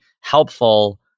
helpful